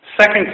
Second